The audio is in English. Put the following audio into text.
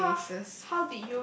and our faces